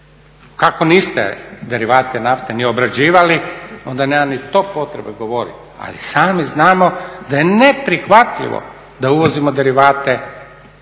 Kako niste derivate nafte ni obrađivali, onda nema ni to potrebe govoriti, ali sami znamo da je neprihvatljivo da uvozimo derivate, a